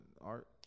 Art